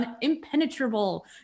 impenetrable